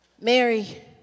Mary